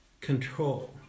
control